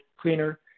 cleaner